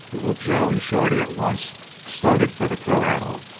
little joe and shorty at once started for the corral.